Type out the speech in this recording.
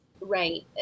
Right